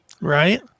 Right